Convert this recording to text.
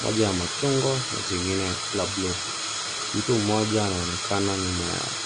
moja ya machungwa na jingine ya colour blue .Mtu mmoja anaonekana nyuma yao.